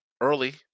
early